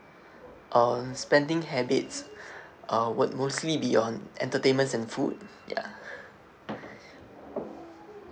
uh spending habits uh would mostly be on entertainments and food ya